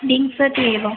विंशतिः एव